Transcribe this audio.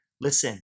listen